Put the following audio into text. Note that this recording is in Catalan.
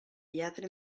lladre